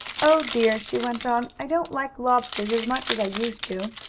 oh dear! she went on. i don't like lobsters as much as i used to.